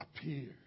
appeared